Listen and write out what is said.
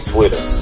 Twitter